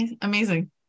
Amazing